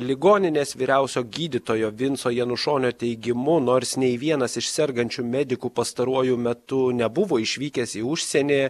ligoninės vyriausio gydytojo vinco janušonio teigimu nors nei vienas iš sergančių medikų pastaruoju metu nebuvo išvykęs į užsienį